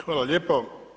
Hvala lijepo.